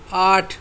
آٹھ